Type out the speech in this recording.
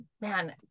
man